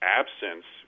absence